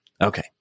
Okay